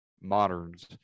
moderns